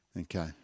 Okay